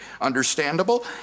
understandable